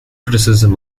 criticism